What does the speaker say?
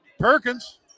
Perkins